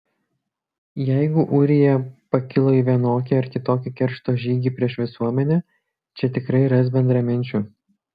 jeigu ūrija pakilo į vienokį ar kitokį keršto žygį prieš visuomenę čia tikrai ras bendraminčių